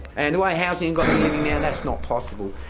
and the way housing got me living now, that's not possible.